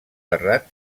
terrat